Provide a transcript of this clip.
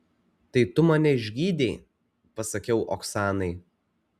tai tu mane išgydei pasakiau oksanai